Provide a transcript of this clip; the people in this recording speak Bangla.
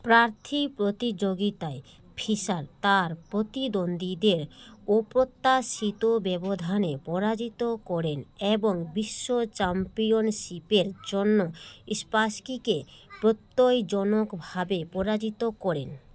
প্রার্থী প্রতিযোগিতায় ফিশার তার প্রতিদ্বন্দ্বীদের অপ্রত্যাশিত ব্যবধানে পরাজিত করেন এবং বিশ্ব চ্যাম্পিয়নশিপের জন্য স্পাস্কিকে প্রত্যয় জনকভাবে পরাজিত করেন